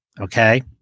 Okay